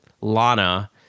Lana